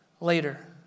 later